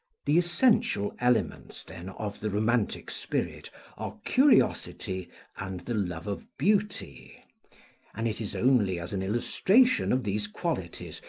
the essential elements, then, of the romantic spirit are curiosity and the love of beauty and it is only as an illustration of these qualities,